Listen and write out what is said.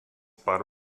para